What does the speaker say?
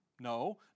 No